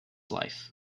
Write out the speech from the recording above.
life